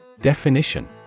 Definition